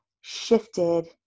shifted